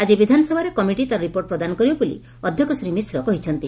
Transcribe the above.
ଆଜି ବିଧାନସଭାରେ କମିଟି ତାର ରିପୋର୍ଟ ପ୍ରଦାନ କରିବ ବୋଲି ଅଧ୍ୟକ୍ଷ ଶ୍ରୀ ମିଶ୍ର କହିଛନ୍ତି